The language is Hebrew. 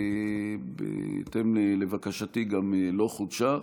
ובהתאם לבקשתי גם לא חודשה.